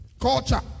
Culture